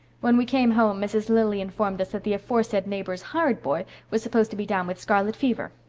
when we came home mrs. lilly informed us that the aforesaid neighbor's hired boy was supposed to be down with scarlet fever.